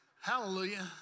Hallelujah